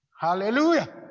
Hallelujah